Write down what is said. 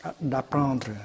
d'apprendre